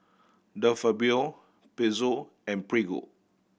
De Fabio Pezzo and Prego